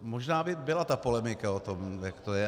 Možná by byla polemika o tom, jak to je.